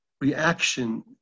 reaction